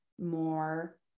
more